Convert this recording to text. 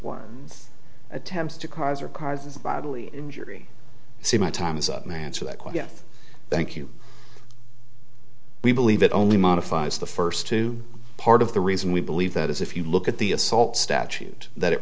one attempts to cause or causes bodily injury see my time is up man so that quite yet thank you we believe it only modifies the first two part of the reason we believe that is if you look at the assault statute that it